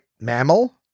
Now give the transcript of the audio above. mammal